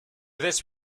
this